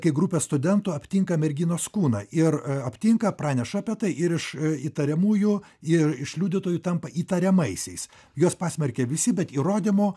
kai grupė studentų aptinka merginos kūną ir aptinka praneša apie tai ir iš įtariamųjų ir iš liudytojų tampa įtariamaisiais juos pasmerkė visi bet įrodymo